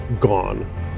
gone